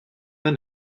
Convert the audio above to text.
pas